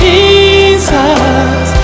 Jesus